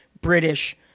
British